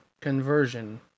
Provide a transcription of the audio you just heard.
Conversion